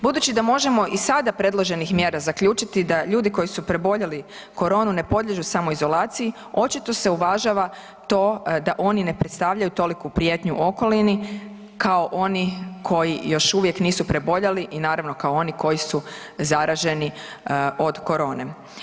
Budući da možemo i sada predloženih mjera zaključiti da ljudi koji su preboljeli koronu ne podliježu samoizolaciji očito se uvažava to da oni ne predstavljaju toliku prijetnju okolini kao oni koji još uvijek nisu preboljeli i naravno kao oni koji su zaraženi od korone.